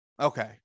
okay